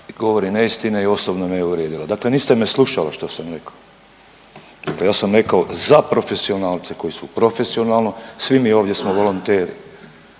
govori neistine i osobne me je uvrijedila. Dakle, niste me slušali što sam rekao. Dakle, ja sam rekao za profesionalce koji su profesionalno, svi mi ovdje smo volonteri